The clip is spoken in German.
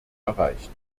erreicht